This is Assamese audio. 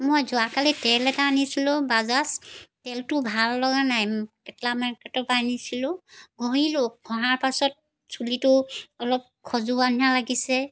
মই যোৱাকালি তেল এটা আনিছিলোঁ বাজাজ তেলটো ভাল লগা নাই কেটলা মাৰ্কেটৰ পৰা আনিছিলোঁ ঘঁহিলোঁ ঘঁহাৰ পাছত চুলিটো অলপ খজুওৱাৰ নিচিনা লাগিছে